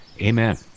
amen